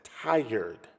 tired